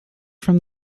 from